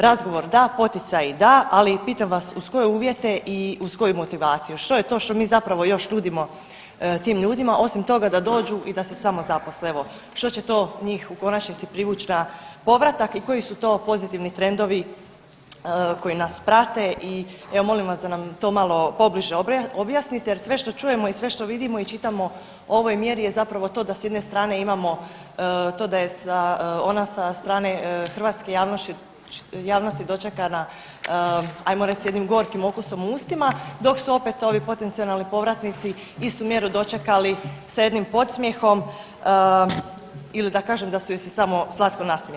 Razgovor da, poticaji da, ali pitam vas uz koje uvjete i uz koju motivaciju, što je to što mi zapravo još nudimo tim ljudima osim toga da dođu i da se samozaposle, evo što će to njih u konačnici privuć na povratak i koji su to pozitivni trendovi koji nas prate i evo molim vas da nam to malo pobliže objasnite jer sve što čujemo i sve što vidimo i čitamo o ovoj mjeri je zapravo to da s jedne strane imamo to da je ona sa strane hrvatske javnosti dočekana ajmo reć s jednim gorkim okusom u ustima dok su opet ovi potencionalni povratnici istu mjeru dočekali sa jednim podsmjehom ili da kažem da su joj se samo slatko nasmijali.